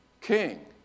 king